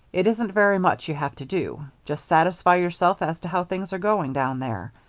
it isn't very much you have to do just satisfy yourself as to how things are going down there.